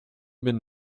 been